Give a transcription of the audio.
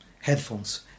headphones